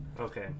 Okay